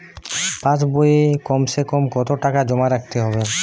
পাশ বইয়ে কমসেকম কত টাকা জমা রাখতে হবে?